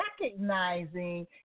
recognizing